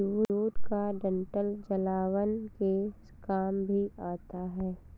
jute का डंठल जलावन के काम भी आता है